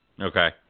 Okay